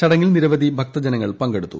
ചടങ്ങിൽ നിരവധി ഭക്തജനങ്ങൾ പങ്കെടുത്തു